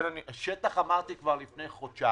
שטח אמרתי כבר לפני חודשיים.